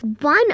One